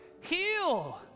heal